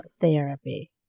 therapy